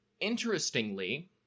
Interestingly